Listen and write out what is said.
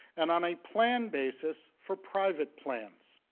and on a plan basis for private plans.